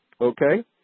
Okay